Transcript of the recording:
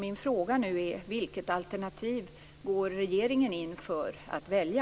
Min fråga är nu: Vilket alternativ går regeringen in för att välja?